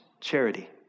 charity